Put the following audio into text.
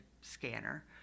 scanner